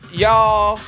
y'all